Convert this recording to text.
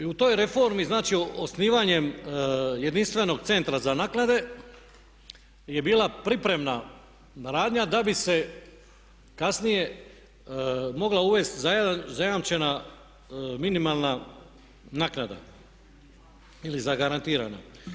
I u toj reformi, znači osnivanjem jedinstvenog centra za naknade je bila pripremna radnja da bi se kasnije mogla uvesti zajamčena minimalna naknada ili zagarantirana.